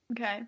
okay